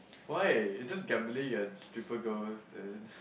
why it's just gambling and stripper girls and